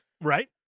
Right